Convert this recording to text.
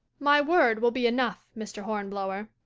my word will be enough, mr. hornblower.